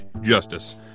Justice